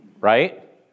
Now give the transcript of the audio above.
right